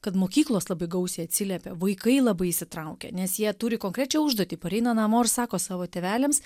kad mokyklos labai gausiai atsiliepia vaikai labai įsitraukia nes jie turi konkrečią užduotį pareina namo ir sako savo tėveliams